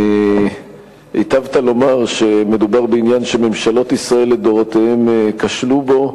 היטבת לומר שמדובר בעניין שממשלות ישראל לדורותיהן כשלו בו,